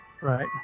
Right